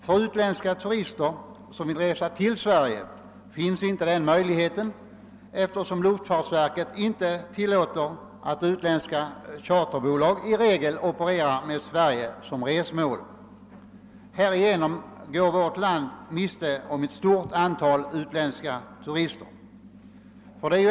För utländska turister som vill resa till Sverige finns inte den möjligheten, eftersom luftfartsverket i regel inte tillåter att utländska charterbolag opererar med Sverige som resmål. Härigenom går vårt land miste om ett stort antal utländska turister.